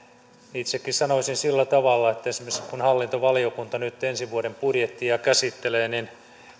itsekin sanoisin sillä tavalla että esimerkiksi kun hallintovaliokunta nyt ensi vuoden budjettia käsittelee niin